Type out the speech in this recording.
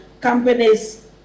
companies